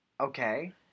Okay